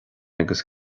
agus